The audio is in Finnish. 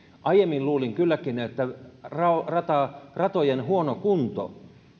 aiemmin luulin kylläkin että ratojen huono kunto